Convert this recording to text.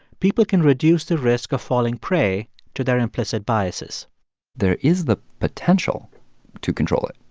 people can reduce the risk of falling prey to their implicit biases there is the potential to control it,